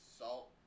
salt